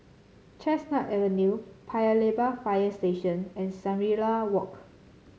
Chestnut Avenue Paya Lebar Fire Station and Shangri La Walk